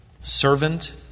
servant